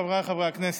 חבריי חברי הכנסת,